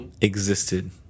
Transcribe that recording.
existed